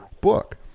book